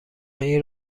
این